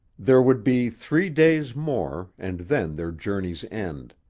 there would be three days more, and then their journey's end.